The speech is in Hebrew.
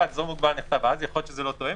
אזור מוגבל נכתב אז יכול להיות שזה לא תואם.